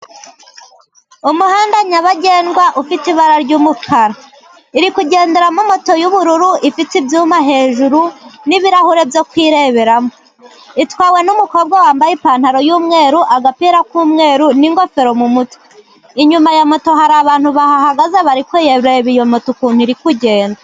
Umuhanda nyabagendwa ufite ibara ry'umukara. Iri kugenderamo moto y'ubururu, ifite ibyuma hejuru n'ibirahure byo kureberamo. Itwawe n'umukobwa wambaye ipantaro y'umweru, agapira k'umweru n'ingofero. Inyuma ya moto hari abantu bahagaze bareba iyo moto ukuntu iri kugenda.